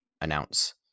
announce